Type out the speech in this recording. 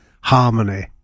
harmony